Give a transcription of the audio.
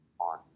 on